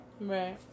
Right